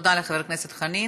תודה לחבר הכנסת חנין.